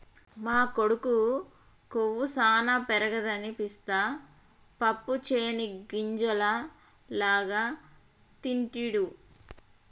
మా కొడుకు కొవ్వు సానా పెరగదని పిస్తా పప్పు చేనిగ్గింజల లాగా తింటిడు